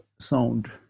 sound